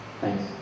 Thanks